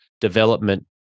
development